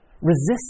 Resist